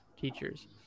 teachers